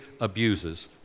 abuses